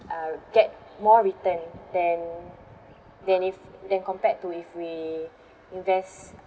uh get more return than than if than compared to if we invest